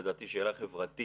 לדעתי זו שאלה חברתית.